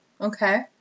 Okay